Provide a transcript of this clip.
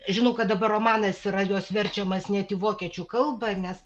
žinau kad dabar romanas yra jos verčiamas net į vokiečių kalbą nes